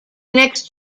next